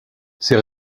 ses